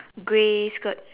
grey skirt